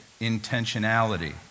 intentionality